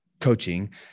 coaching